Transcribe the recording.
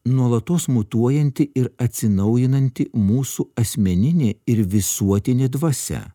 nuolatos mutuojanti ir atsinaujinanti mūsų asmeninė ir visuotinė dvasia